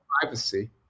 privacy